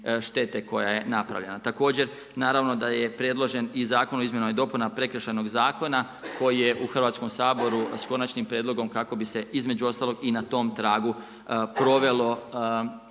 štete koja je napravljena. Također, naravno da je predložen i Zakon o izmjenama i dopuna prekršajnog zakona, koji je u Hrvatskom saboru, s konačnim prijedlogom kako bi se između ostalog i na tom kraju provelo